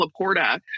Laporta